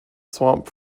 swamp